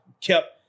kept